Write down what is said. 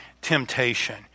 temptation